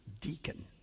deacon